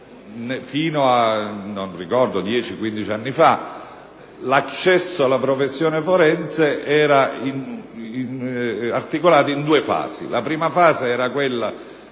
quindici anni fa, l'accesso alla professione forense era articolato in due fasi: la prima era quella